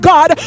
God